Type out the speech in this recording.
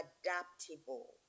adaptable